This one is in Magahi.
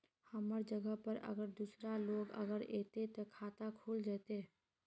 हमर जगह पर अगर दूसरा लोग अगर ऐते ते खाता खुल जते?